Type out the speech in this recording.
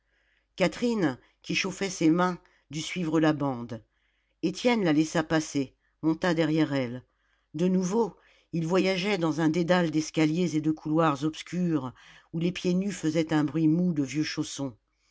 catherine qui chauffait ses mains dut suivre la bande étienne la laissa passer monta derrière elle de nouveau il voyageait dans un dédale d'escaliers et de couloirs obscurs où les pieds nus faisaient un bruit mou de vieux chaussons